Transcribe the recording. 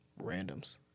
Randoms